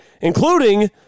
including